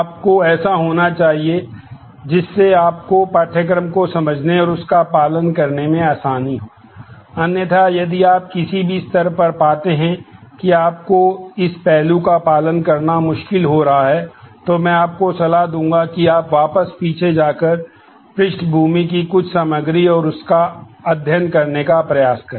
आपको ऐसा होना चाहिए जिससे आपको पाठ्यक्रम को समझने और उसका पालन करने में आसानी हो अन्यथा यदि आप किसी भी स्तर पर पाते हैं कि आपको इस पहलू का पालन करना मुश्किल हो रहा है तो मैं आपको सलाह दूंगा कि आप वापस पीछे जाकर पृष्ठभूमि की कुछ सामग्री और उनका अध्ययन करने का प्रयास करें